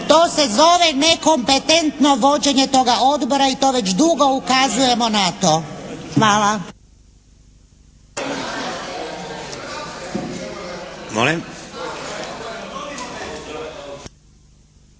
To se zove nekompetentno vođenje toga odbora i to već dugo ukazujemo na to. Hvala.